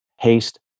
haste